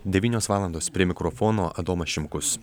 devynios valandos prie mikrofono adomas šimkus